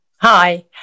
Hi